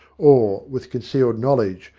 or, with con cealed knowledge,